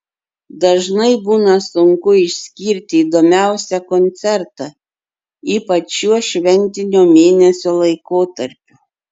dažnai būna sunku išskirti įdomiausią koncertą ypač šiuo šventinio mėnesio laikotarpiu